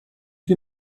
wir